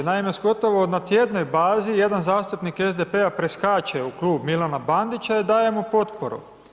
Danas gotovo na tjednoj bazi jedan zastupnik SDP-a preskače u Klub Milana Bandića i daje mu potporu.